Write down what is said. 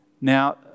Now